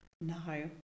no